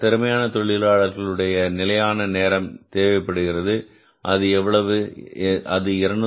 திறமையான தொழிலாளர்கள் உடைய நிலையான நேரம் தேவைப்படுகிறது அது எவ்வளவு அது 202